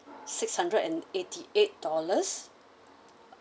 six hundred and eighty eight dollars